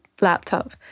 laptop